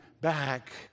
back